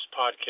podcast